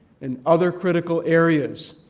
and other critical areas.